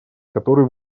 который